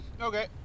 Okay